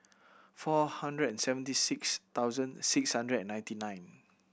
four hundred and seventy six thousand six hundred and ninety nine